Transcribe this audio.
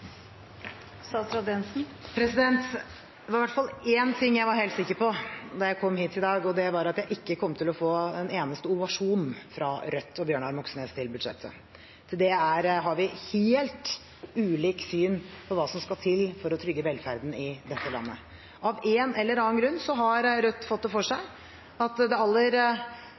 Det var i hvert fall én ting jeg var helt sikker på da jeg kom hit i dag, og det var at jeg ikke kom til å få en eneste ovasjon fra Rødt og Bjørnar Moxnes for budsjettet. Til det har vi altfor ulikt syn på hva som skal til for å trygge velferden i dette landet. Av en eller annen grunn har Rødt fått det for seg at det